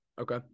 Okay